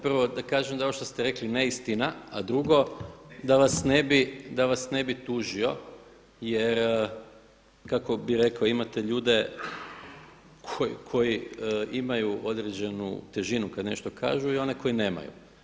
Prvo da kažem da je ovo što ste rekli neistina, a drugo da vas ne bi tužio jer kako bih rekao imate ljude koji imaju određenu težinu kad nešto kažu i one koji nemaju.